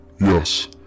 Yes